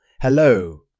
Hello